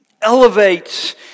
elevates